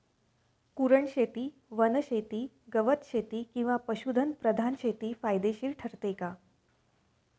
कुरणशेती, वनशेती, गवतशेती किंवा पशुधन प्रधान शेती फायदेशीर ठरते का?